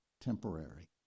temporary